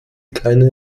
keine